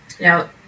Now